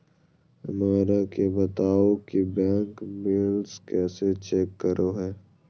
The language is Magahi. हमरा के बताओ कि बैंक बैलेंस कैसे चेक करो है?